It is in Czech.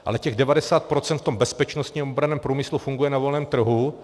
Ale těch devadesát procent v tom bezpečnostně obranném průmyslu funguje na volném trhu.